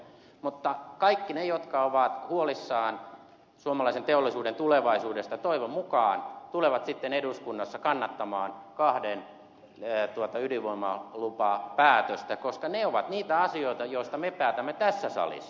mutta kaikki ne jotka ovat huolissaan suomalaisen teollisuuden tulevaisuudesta toivon mukaan tulevat sitten eduskunnassa kannattamaan kahden ydinvoimalan lupapäätöstä koska ne ovat niitä asioita joista me päätämme tässä salissa